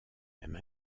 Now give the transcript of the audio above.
même